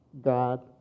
God